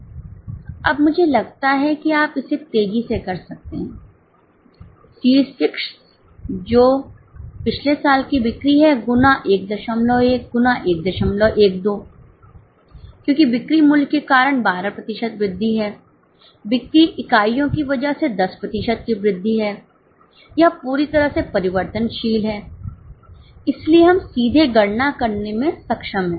अब मुझे लगता है कि आप इसे तेजी से कर सकते हैं C 6 जो पिछले साल की बिक्री है गुना 11 गुना 112 क्योंकि बिक्री मूल्य के कारण 12 प्रतिशत वृद्धि है बिक्री इकाइयों की वजह से 10 प्रतिशत की वृद्धि हैं यह पूरी तरह से परिवर्तनशील है इसलिए हम सीधे गणना करने में सक्षम हैं